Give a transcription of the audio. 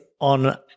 on